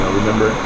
remember